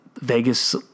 Vegas